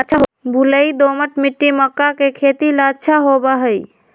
बलुई, दोमट मिट्टी मक्का के खेती ला अच्छा होबा हई